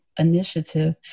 initiative